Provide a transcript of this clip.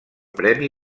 premi